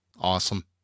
awesome